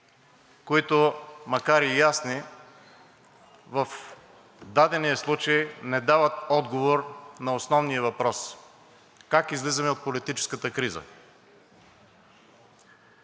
които, макар и ясни, в дадения случай не дават отговор на основния въпрос: как излизаме от политическата криза?